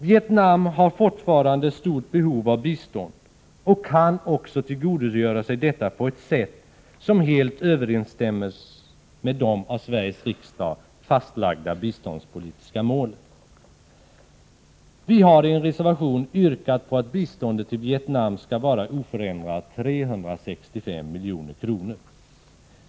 Vietnam har fortfarande stort behov av bistånd och kan också tillgodogöra sig detta på ett sätt som helt överensstämmer med de av Sveriges riksdag fastlagda biståndspolitiska målen. Vi har i en reservation yrkat att biståndet till Vietnam skall vara oförändrat 365 milj.kr.